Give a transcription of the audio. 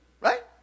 Right